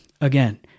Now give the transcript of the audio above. again